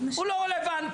הוא לא רלוונטי,